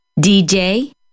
DJ